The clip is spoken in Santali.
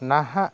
ᱱᱟᱦᱟᱜ